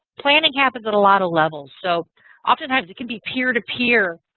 planning happens at a lot of levels. so often times it can be peer-to-peer.